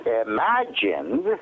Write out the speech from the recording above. imagined